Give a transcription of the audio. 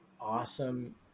awesome